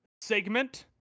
segment